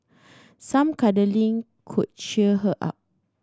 some cuddling could cheer her up